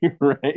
Right